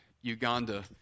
Uganda